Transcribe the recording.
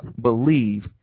believe